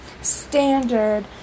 standard